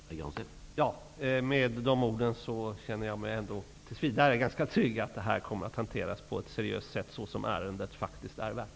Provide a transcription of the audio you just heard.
Herr talman! Med dessa ord känner jag mig tills vidare ändå ganska trygg att detta kommer att hanteras på ett seriöst sätt, vilket ärendet faktiskt är värt.